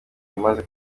umaze